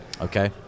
Okay